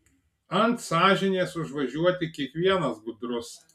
ant sąžinės užvažiuoti kiekvienas gudrus